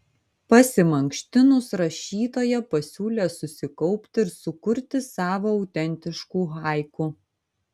pasimankštinus rašytoja pasiūlė susikaupti ir sukurti savo autentiškų haiku